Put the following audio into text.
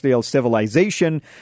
civilization